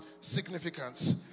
significance